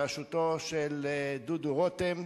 בראשותו של דודו רותם,